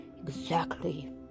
Exactly